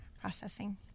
processing